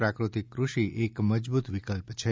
પ્રાકૃતિક કૃષિ એક મજબૂત વિકલ્પ છે